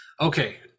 okay